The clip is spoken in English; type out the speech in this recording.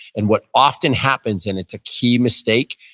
and what often happens, and it's a key mistake,